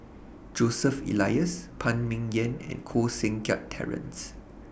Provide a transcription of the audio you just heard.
Joseph Elias Phan Ming Yen and Koh Seng Kiat Terence